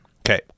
Okay